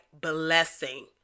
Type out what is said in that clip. blessing